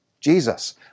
Jesus